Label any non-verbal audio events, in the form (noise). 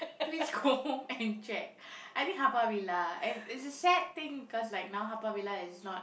please go (laughs) home and check I think Haw-Par-Villa and it's a sad thing cause like now Haw-Par-Villa is not